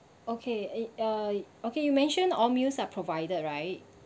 okay it uh okay you mentioned all meals are provided right